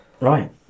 Right